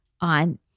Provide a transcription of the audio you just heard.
on